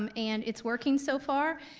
um and it's working so far,